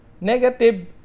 negative